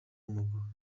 w’amaguru